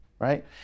right